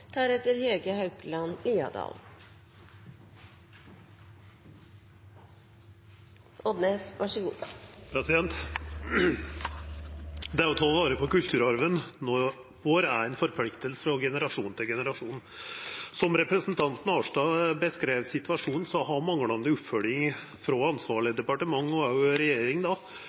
Det å ta vare på kulturarven vår er ei forplikting frå generasjon til generasjon. Som representanten Arnstad beskreiv situasjonen, har manglande oppfølging frå ansvarleg departement og også regjering